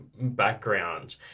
background